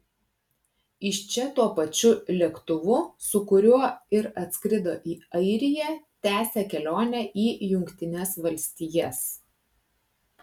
iš čia tuo pačiu lėktuvu su kuriuo ir atskrido į airiją tęsia kelionę į jungtines valstijas